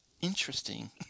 interesting